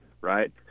right